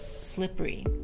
slippery